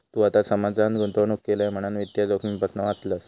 तू आता समजान गुंतवणूक केलं म्हणान वित्तीय जोखमेपासना वाचलंस